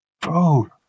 bro